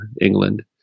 England